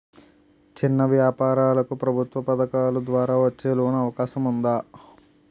చిన్న వ్యాపారాలకు ప్రభుత్వం పథకాల ద్వారా వచ్చే లోన్ అవకాశం ఉందా?